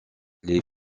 les